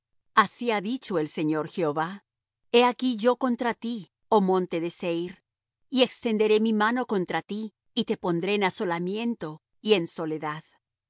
así ha dicho el señor jehová he aquí yo contra ti oh monte de seir y extenderé mi mano contra ti y te pondré en asolamiento y en soledad